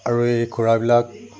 আৰু এই খোৰাবিলাক